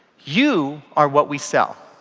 you are what we sell.